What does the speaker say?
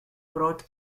brought